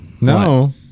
No